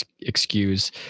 excuse